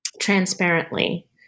transparently